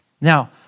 Now